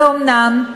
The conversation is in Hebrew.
ואומנם,